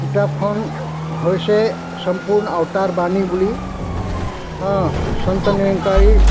কিতাপখন হৈছে চম্পূৰ্ণ অৱতাৰ বাণী বুলি